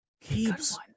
keeps